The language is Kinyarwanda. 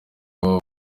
ibyo